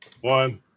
one